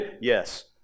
Yes